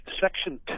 Section